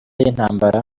y’intambara